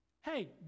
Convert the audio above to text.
Hey